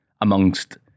amongst